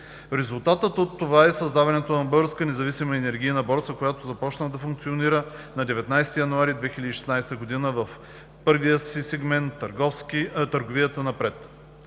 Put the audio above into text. Резултат от това е създаването на Българската независима енергийна борса, която започна да функционира на 19 януари 2016 г. в първия си сегмент „Търговията напред“.